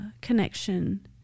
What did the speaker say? connection